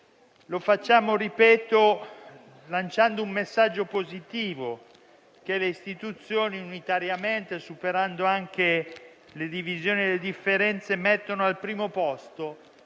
Lo facciamo - ripeto - lanciando un messaggio positivo che le istituzioni unitariamente, superando anche le divisioni e le differenze, mettono al primo posto: